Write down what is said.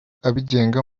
abigenga